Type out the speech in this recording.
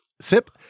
sip